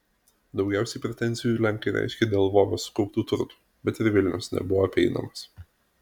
daugiausiai pretenzijų lenkai reiškė dėl lvove sukauptų turtų bet ir vilnius nebuvo apeinamas